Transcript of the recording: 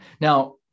Now